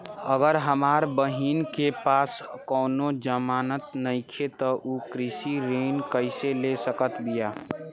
अगर हमार बहिन के पास कउनों जमानत नइखें त उ कृषि ऋण कइसे ले सकत बिया?